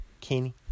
Kenny